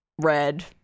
red